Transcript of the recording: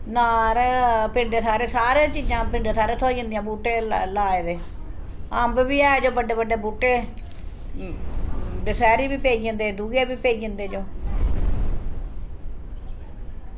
अनार पिंडें थाह्रें सारे चीजां पिंडें थाह्रें थ्होई जंदियां बूह्टे लाए दे अम्ब बी ऐ जो बड्डे बड्डे बूह्टे दशैह्री बी पेई जंदे दुऐ बी पेई जंदे जो